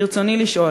ברצוני לשאול: